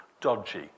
dodgy